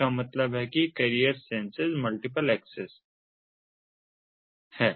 इसका मतलब है कि कैरियर सेंसेस मल्टीपल एक्सेस है